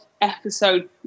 episode